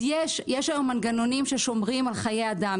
יש היום מנגנונים ששומרים על חיי אדם.